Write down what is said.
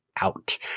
out